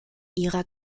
ihrer